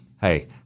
Hey